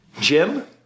jim